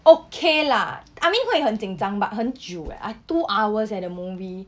okay lah I mean 会很紧张 but 很久 eh I two hours eh the movie